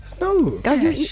No